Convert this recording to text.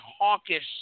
hawkish